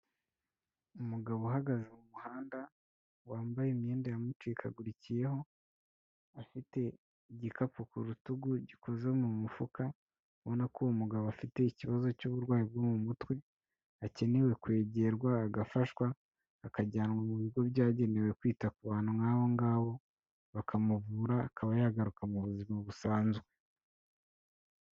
Umugabo uhagaze mu muhanda wambaye imyenda yamucikagurikiyeho, afite igikapu ku rutugu gikoze mu mufuka, ubona ko uwo mugabo afite ikibazo cy'uburwayi bwo mu mutwe, akenewe kwegerwa agafashwa, akajyanwa mu bigo byagenewe kwita ku bantu nk'abo ngabo, bakamuvura akaba yagaruka mu buzima busanzwe.